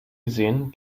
gesehen